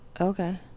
okay